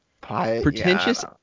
Pretentious